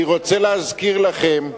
אני רוצה להזכיר לכם,